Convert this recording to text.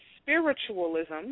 spiritualism